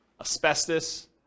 asbestos